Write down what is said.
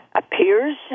appears